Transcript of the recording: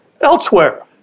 Elsewhere